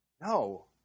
No